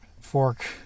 fork